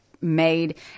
made